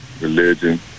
religion